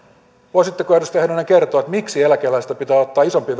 voisitteko edustaja heinonen kertoa miksi eläkeläisiltä pitää ottaa isompi